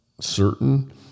certain